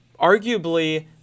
arguably